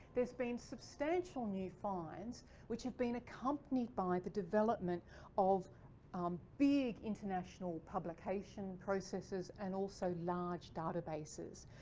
there's been substantial new finds which have been accompanied by the development of um big international publication processes and also large databases.